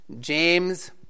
James